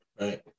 Right